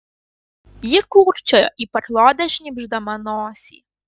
ji kūkčiojo į paklodę šnypšdama nosį